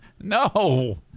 no